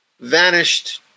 vanished